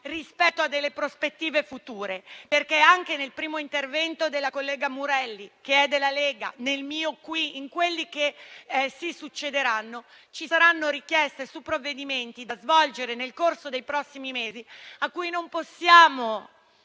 rispetto a delle prospettive future. Perché anche nel primo intervento della collega Murelli, che è della Lega, nel mio e in quelli che si succederanno, ci saranno richieste su provvedimenti da svolgere nel corso dei prossimi mesi, per i quali non possiamo